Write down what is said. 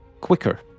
quicker